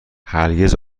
هرگز